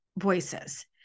voices